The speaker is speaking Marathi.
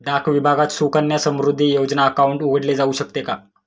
डाक विभागात सुकन्या समृद्धी योजना अकाउंट उघडले जाऊ शकते का?